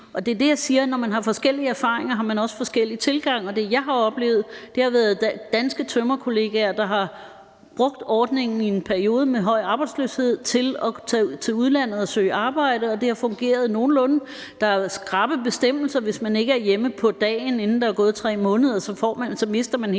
Når man har forskellige erfaringer, har man også forskellige tilgange. Det, jeg har oplevet, har været danske tømrerkollegaer, der har brugt ordningen i en periode med høj arbejdsløshed til at tage til udlandet og søge arbejde. Det har fungeret nogenlunde. Der har været skrappe bestemmelser; hvis man ikke er hjemme på dagen, inden der er gået 3 måneder,